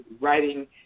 Writing